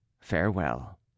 Farewell